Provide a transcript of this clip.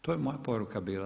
To je moja poruka bila.